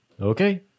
Okay